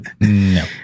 No